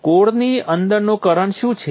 કોરની અંદરનો કરંટ શું છે